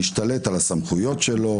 להשתלט על הסמכויות שלו,